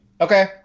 Okay